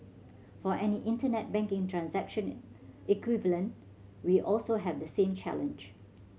for any Internet banking transaction equivalent we also have the same challenge